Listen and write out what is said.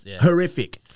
Horrific